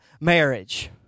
marriage